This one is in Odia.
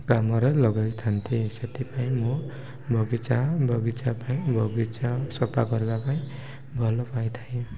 କାମରେ ଲଗେଇଥାନ୍ତି ସେଥିପାଇଁ ମୁଁ ବଗିଚା ବଗିଚା ପାଇଁ ବଗିଚା ସଫା କରିବା ପାଇଁ ଭଲ ପାଇଥାଏ